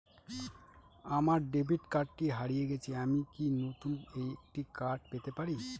আমার ডেবিট কার্ডটি হারিয়ে গেছে আমি কি নতুন একটি কার্ড পেতে পারি?